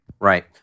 Right